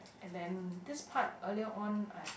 and then this part earlier on I've